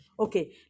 Okay